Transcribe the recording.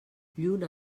lluna